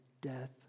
death